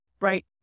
Right